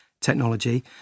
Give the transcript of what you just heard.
technology